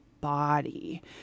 body